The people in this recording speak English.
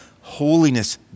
holiness